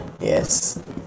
Yes